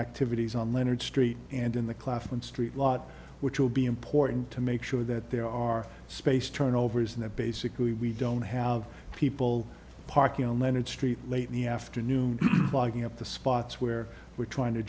activities on leonard street and in the claflin street lot which will be important to make sure that there are space turnovers and that basically we don't have people parking on leonard street late in the afternoon buying up the spots where we're trying to